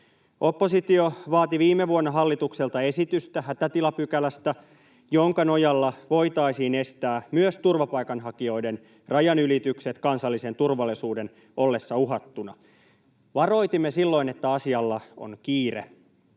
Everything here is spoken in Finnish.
Oppositio vaati viime vuonna hallitukselta esitystä hätätilapykälästä, jonka nojalla voitaisiin estää myös turvapaikanhakijoiden rajanylitykset kansallisen turvallisuuden ollessa uhattuna. Varoitimme silloin, että asialla on kiire.